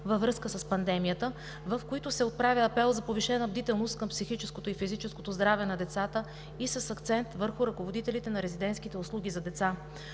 на страната, в които се отправя апел за повишена бдителност към психическото и физическото здраве на децата и с акцент върху ръководителите на резидентските услуги за деца.